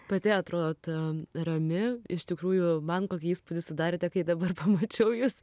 pati atrodot rami iš tikrųjų man kokį įspūdį sudarėte kai dabar pamačiau jus